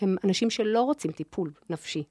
הם אנשים שלא רוצים טיפול נפשי.